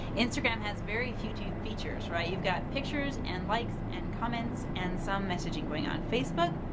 instagram has very few tooth features, right? you've got pictures and likes and comments and some messaging going. on facebook,